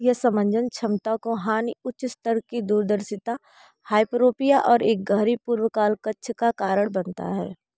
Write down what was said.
यह समंजन क्षमता को हानि उच्च स्तर की दूरदर्शिता हाइपरोपिया और एक गहरे पूर्वकाल कक्ष का कारण बनता है